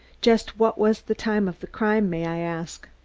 just what was the time of the crime, may i ask?